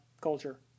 culture